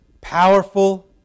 powerful